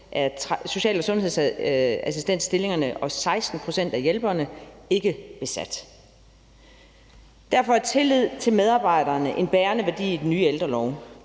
af social- og sundhedsassistentstillingerne og 16 pct. af social- og sundhedshjælperstillingerne ikke besat. Derfor er tillid til medarbejderne en bærende værdi i den nye ældrelov.